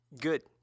Good